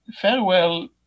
farewell